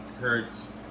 Hertz